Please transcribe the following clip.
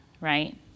right